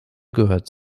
gehört